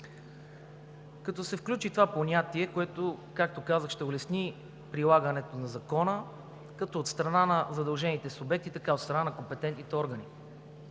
Като се включи това понятие, както казах, ще се улесни прилагането на Закона както от страна на задължените субекти, така и от страна на компетентните органи.